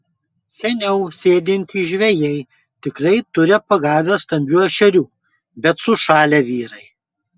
seniau sėdintys žvejai tikrai turi pagavę stambių ešerių bet sušalę vyrai